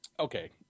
Okay